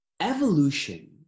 Evolution